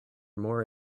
more